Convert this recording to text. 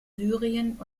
syrien